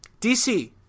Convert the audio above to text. DC